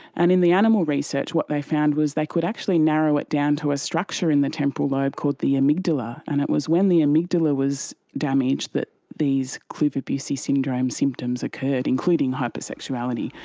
and in the animal research what they found was they could actually narrow it down to a structure in the temporal lobe called the amygdala, and it was when the amygdala was damaged that these kluver-bucy syndrome symptoms occurred, including hypersexuality.